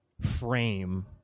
frame